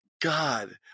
god